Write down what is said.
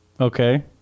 Okay